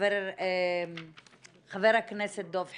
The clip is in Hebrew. חבר הכנסת דב חנין,